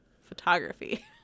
photography